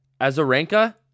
Azarenka